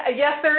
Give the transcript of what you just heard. ah yes there